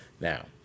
Now